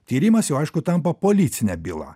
tyrimas jau aišku tampa policine byla